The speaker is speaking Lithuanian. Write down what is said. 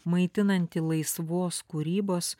maitinantį laisvos kūrybos